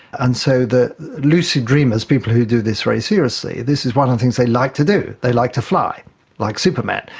and so the lucid dreamers, people who do this very seriously, this is one of the things they like to do, they like to fly like superman.